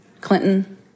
Clinton